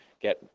get